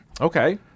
Okay